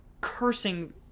cursing